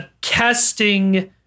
casting